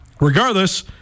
Regardless